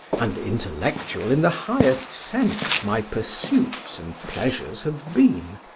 and intellectual in the highest sense my pursuits and pleasures have been,